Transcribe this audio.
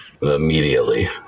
Immediately